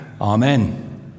Amen